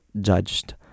judged